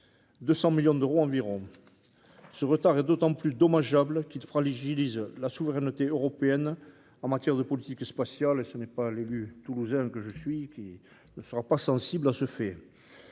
le retard du projet Ariane 6. Ce retard est d'autant plus dommageable qu'il fragilise la souveraineté européenne en matière de politique spatiale ; ce n'est pas l'élu toulousain que je suis qui restera insensible à ce